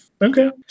Okay